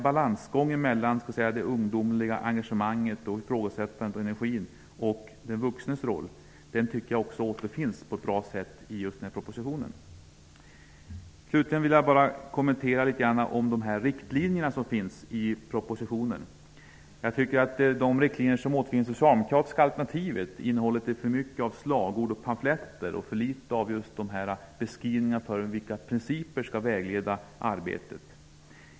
Balansgången mellan det ungdomliga engagemanget, ifrågasättandet, energin och den vuxnes roll återfinns också på ett bra sätt i propositionen. Slutligen vill jag bara litet grand kommentera de riktlinjer som ges i propositionen. Jag tycker att de riktlinjer som återfinns i det socialdemokratiska alternativet innehåller för mycket av slagord och pamfletter och för litet av beskrivningar av vilka principer som skall vägleda arbetet.